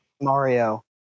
Mario